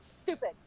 Stupid